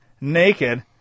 naked